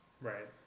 Right